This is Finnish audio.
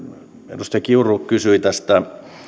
edustaja kiuru kysyi tästä